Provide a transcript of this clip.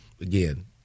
again